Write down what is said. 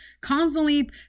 constantly